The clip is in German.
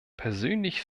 persönlich